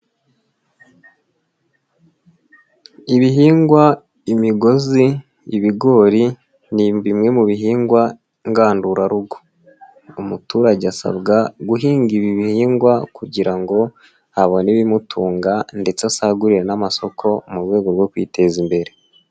Ibihingwa, imigozi, ibigori ni bimwe mu bihingwa ngandurarugo, umuturage asabwa guhinga ibi bihingwa kugira ngo abone ibimutunga ndetse asagurire n'amasoko mu rwego rwo kwiteza imbere.